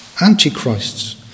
antichrists